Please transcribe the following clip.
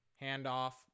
handoff